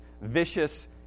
vicious